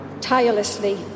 ...tirelessly